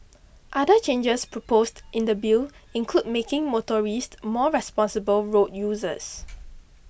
other changes proposed in the Bill include making motorists more responsible road users